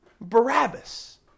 Barabbas